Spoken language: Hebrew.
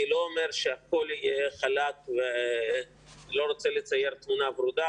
אני לא רוצה לצייר תמונה ורודה,